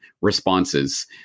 responses